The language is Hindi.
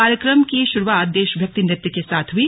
कार्यक्रम की शुरुआत देशभक्ति नृत्य के साथ हई